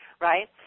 right